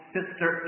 Sister